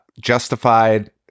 Justified